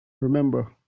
Remember